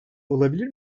olabilir